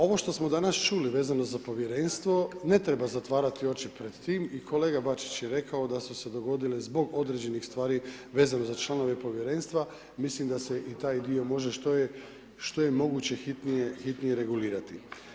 Ovo što smo danas čuli vezano za Povjerenstvo, ne treba zatvarati oči pred tim i kolega Bačić je rekao da su se dogodile zbog određenih stvari vezano za članove Povjerenstva, mislim da se i taj dio može što je moguće hitnije regulirati.